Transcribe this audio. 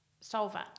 solver